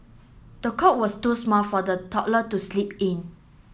the cot was too small for the toddler to sleep in